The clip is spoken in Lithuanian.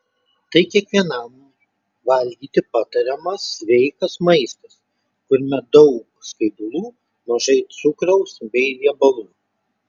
tai kiekvienam valgyti patariamas sveikas maistas kuriame daug skaidulų mažai cukraus bei riebalų